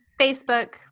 Facebook